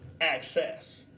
access